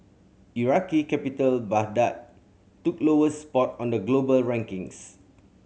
Iraqi capital Baghdad took lowest spot on the global rankings